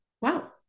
wow